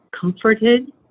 comforted